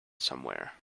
somewhere